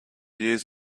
years